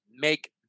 make